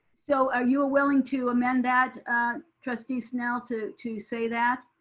so are you a willing to amend that trustee snell to to say that?